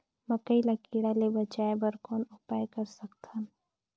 मकई ल कीड़ा ले बचाय बर कौन उपाय कर सकत हन?